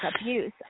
abuse